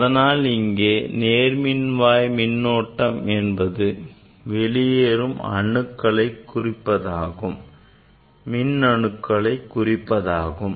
அதனால் இங்கே நேர்வாய் மின்னோட்டம் என்பது வெளியேறும் மின்னணுக்களை குறிப்பதாகும்